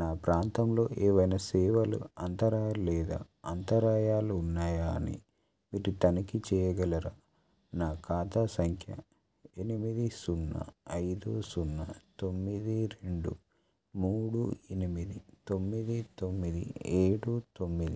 నా ప్రాంతంలో ఏవైనా సేవలు అంతరాయాలు లేదా అంతరాయాలు ఉన్నాయా అని వీటి తనిఖీ చేయగలరా నా ఖాతా సంఖ్య ఎనిమిది సున్నా ఐదు సున్నా తొమ్మిది రెండు మూడు ఎనిమిది తొమ్మిది తొమ్మిది ఏడు తొమ్మిది